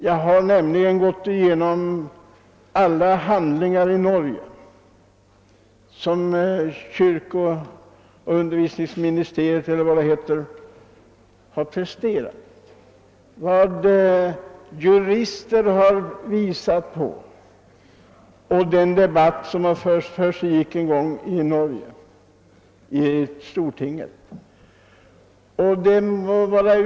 Jag har nämligen gått igenom alla handlingar i Norge vilka kirkeog undervisningsdepartementet har presterat, vad jurister har påvisat och den debatt som ägt rum i stortinget.